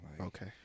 Okay